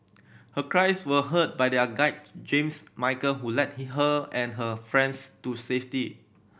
her cries were heard by their guide James Michael who led he her and her friends to safety